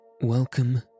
Welcome